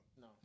No